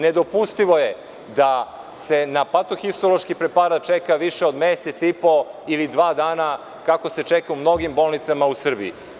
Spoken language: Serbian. Nedopustivo je da se na pato-histološki aparat čeka više od mesec i po ili dva dana, kako se čeka u mnogim bolnicama u Srbiji.